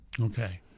Okay